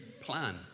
plan